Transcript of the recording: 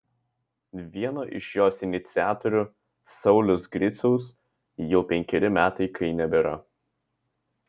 vieno iš jos iniciatorių sauliaus griciaus jau penkeri metai kai nebėra